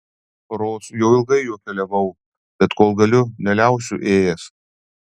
rods jau ilgai juo keliavau bet kol galiu neliausiu ėjęs